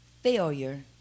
failure